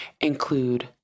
include